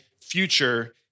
future